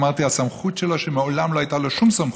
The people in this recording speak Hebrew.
אמרתי: הסמכות שלו, שמעולם לא הייתה לו שום סמכות.